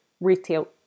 retail